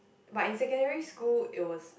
but in secondary school it was